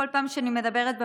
בכל פעם שאני מדברת במליאה,